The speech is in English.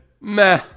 meh